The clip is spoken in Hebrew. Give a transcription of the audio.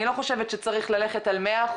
אני לא חושבת שצריך ללכת על 100%,